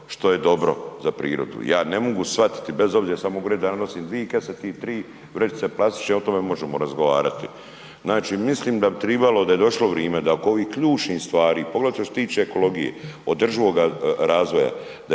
što je dobro za prirodu. Ja ne mogu shvatiti bez obzira jer ja sad mogu reći da nosim dvije kese, ti tri vrećice plastične, o tome možemo razgovarati. Znači mislim da bi trebalo, da je došlo vrijeme da oko ovih ključnih stvari poglavito što se tiče ekologije, održivoga razvoja,